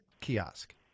kiosk